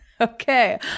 Okay